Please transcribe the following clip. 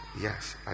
yes